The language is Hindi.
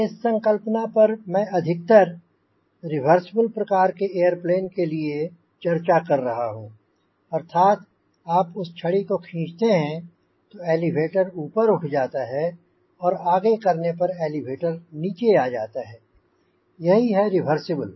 इस संकल्पना पर मैं अधिकतर रिवर्सिबल प्रकार के एयरप्लेन के लिए चर्चा कर रहा हूँ अर्थात आप उस छड़ी को खींचते हैं तो एलीवेटर ऊपर उठ जाता है और आगे करने पर एलीवेटर नीचे आ जाता है यही है रिवर्सिबल